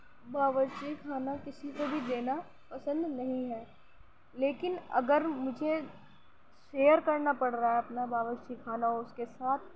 باورچی خانہ کسی کو بھی دینا پسند نہیں ہے لیکن اگر مجھے شیئر کرنا پڑ رہا ہے اپنا باورچی خانہ اس کے ساتھ